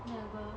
never